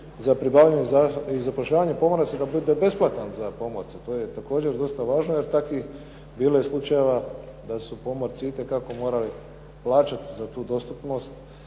za pribavljanje i zapošljavanje pomoraca kako vidite je besplatan za pomorce. To je također dosta važno, jer takvih bilo je slučajeva da su pomorci itekako morali plaćati za tu dostupnost